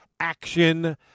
Action